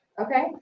Okay